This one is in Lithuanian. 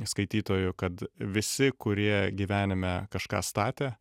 skaitytojų kad visi kurie gyvenime kažką statė